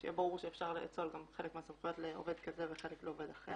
שיהיה ברור שאפשר לאצול גם חלק מהסמכויות לעובד כזה וחלק לעובד אחר.